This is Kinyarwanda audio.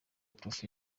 prof